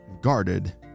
guarded